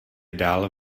dál